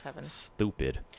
Stupid